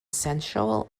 sensual